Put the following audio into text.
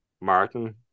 Martin